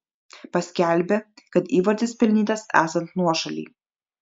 paskelbė kad įvartis pelnytas esant nuošalei